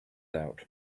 out